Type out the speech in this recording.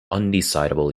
undecidable